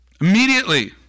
Immediately